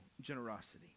generosity